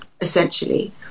essentially